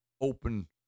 open